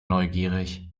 neugierig